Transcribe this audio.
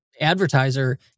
advertiser